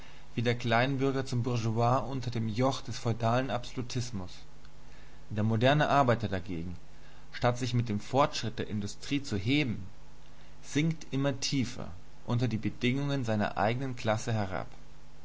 wie der kleinbürger zum bourgeois unter dem joch des feudalistischen absolutismus der moderne arbeiter dagegen statt sich mit dem fortschritt der industrie zu heben sinkt immer tiefer unter die bedingungen seiner eigenen klasse herab